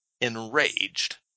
enraged